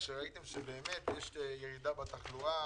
ראיתם שיש ירידה בתחלואה,